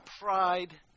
pride